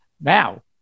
now